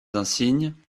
insignes